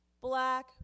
Black